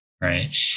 right